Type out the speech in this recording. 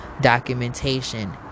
documentation